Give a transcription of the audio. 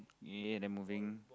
ya they're moving